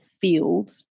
field